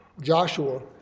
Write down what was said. Joshua